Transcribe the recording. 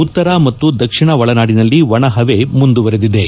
ಉತ್ತರ ಮತ್ತು ದಕ್ಷಿಣ ಒಳನಾಡಿನಲ್ಲಿ ಒಣಹವೆ ಮುಂದುವರೆದಿವೆ